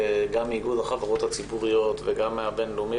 גם מאיגוד החברות הציבוריות וגם מהבינלאומי,